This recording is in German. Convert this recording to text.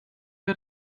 wer